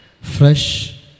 fresh